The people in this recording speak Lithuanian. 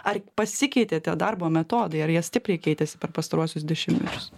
ar pasikeitė tie darbo metodai ar jie stipriai keitėsi per pastaruosius dešimtmečius